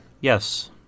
yes